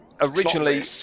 Originally